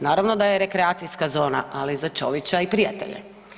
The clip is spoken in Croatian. Naravno da je rekreacijska zona, ali za Ćovića i prijatelje.